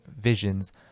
visions